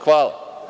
Hvala.